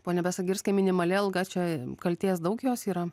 pone besagirskai minimali alga čia kaltės daug jos yra